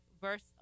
verse